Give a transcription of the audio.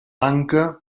banca